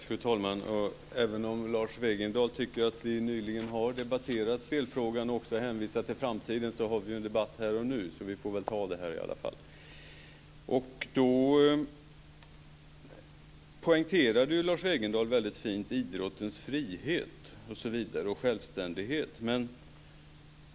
Fru talman! Även om Lars Wegendal säger att vi nyligen har debatterat spelfrågan och därför hänvisar till framtiden, har vi ju en debatt här och nu. Lars Wegendal poängterade idrottens frihet och självständighet.